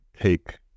take